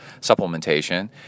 supplementation